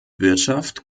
wirtschaft